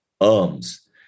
ums